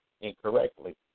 incorrectly